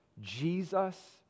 Jesus